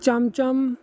cham cham